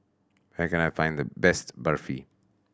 where can I find the best Barfi